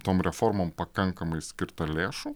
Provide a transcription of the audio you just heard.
tom reformom pakankamai skirta lėšų